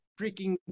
freaking